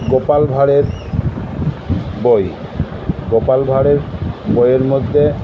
গোপাল ভাঁড়ের বই গোপাল ভাঁড়ের বইয়ের মধ্যে